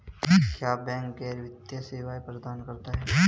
क्या बैंक गैर वित्तीय सेवाएं प्रदान करते हैं?